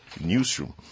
Newsroom